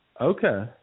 Okay